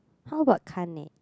how about Kane